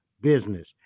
business